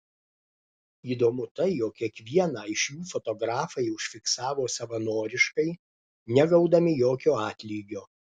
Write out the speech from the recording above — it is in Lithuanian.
įdomu tai jog kiekvieną iš jų fotografai užfiksavo savanoriškai negaudami jokio atlygio